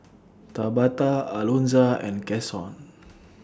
Tabatha Alonza and Cason